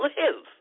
live